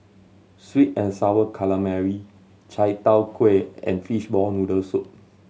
sweet and Sour Calamari chai tow kway and fishball noodle soup